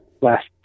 last